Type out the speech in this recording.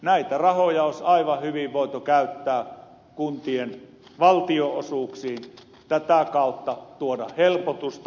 näitä rahoja olisi aivan hyvin voitu käyttää kuntien valtionosuuksiin ja tätä kautta tuoda helpotusta